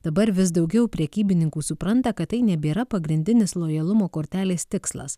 dabar vis daugiau prekybininkų supranta kad tai nebėra pagrindinis lojalumo kortelės tikslas